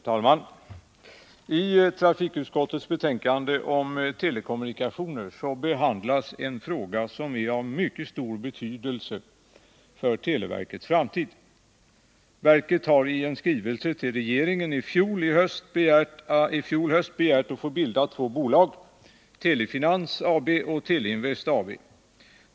Herr talman! I trafikutskottets betänkande om telekommunikationer behandlas en fråga som är av mycket stor betydelse för televerkets framtid. Verket har i en skrivelse till regeringen i fjol höst begärt att få bilda två bolag, Telefinans AB och Teleinvest AB.